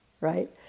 right